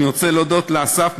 אני רוצה להודות לאסף,